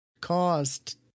caused